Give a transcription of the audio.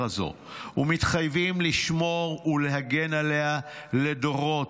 הזו ומתחייבים לשמור ולהגן עליה לדורות.